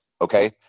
Okay